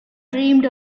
dreamed